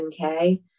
10k